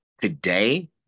Today